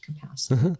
capacity